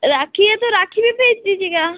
राखी है तो राखी भी भेज दीजिएगा